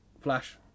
Flash